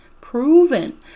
Proven